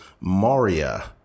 Maria